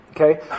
Okay